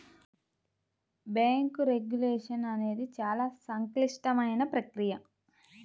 bank regulation అనేది చాలా సంక్లిష్టమైన ప్రక్రియ